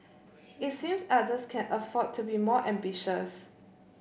it seems others can afford to be more ambitious